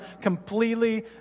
completely